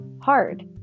hard